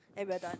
and we're done